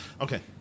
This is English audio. Okay